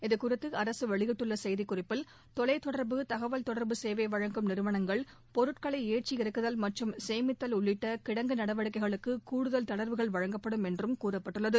இதுகுறித்து அரசு வெளியிட்டுள்ள செய்திக்குறிப்பில் தொலைத் தொடர்பு தகவல் தொடர்பு சேவை வழங்கும் நிறுவனங்கள் பொருட்களை ஏற்றி இறக்குதல் மற்றும் சேமித்தல் உள்ளிட்ட கிடங்கு நடவடிக்கைகளுக்கு கூடுதல் தளர்வுகள் வழங்கப்படும் என்றும் கூறப்பட்டுள்ளது